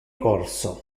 corso